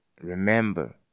Remember